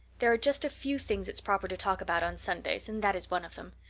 there are just a few things it's proper to talk about on sundays and that is one of them.